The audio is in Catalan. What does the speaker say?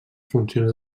funcions